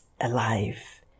alive